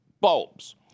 bulbs